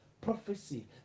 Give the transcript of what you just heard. prophecy